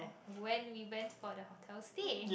when we went for the hotel stay